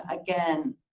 again